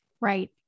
Right